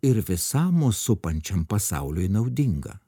ir visa mus supančiam pasauliui naudinga